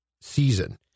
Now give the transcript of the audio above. season